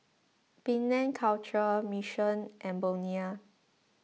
Penang Culture Mission and Bonia